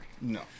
No